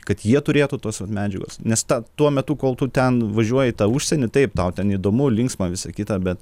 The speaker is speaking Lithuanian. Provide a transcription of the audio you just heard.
kad jie turėtų tos vat medžiagos nes ta tuo metu kol tu ten važiuoji į tą užsienį taip tau ten įdomu linksma visa kita bet